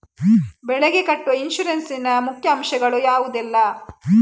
ಬೆಳೆಗೆ ಕಟ್ಟುವ ಇನ್ಸೂರೆನ್ಸ್ ನ ಮುಖ್ಯ ಅಂಶ ಗಳು ಯಾವುದೆಲ್ಲ?